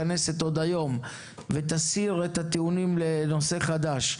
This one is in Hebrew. עוד היום, ותסיר את הטיעונים לנושא חדש.